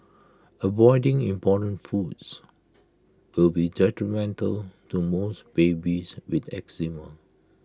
avoiding important foods will be detrimental to most babies with eczema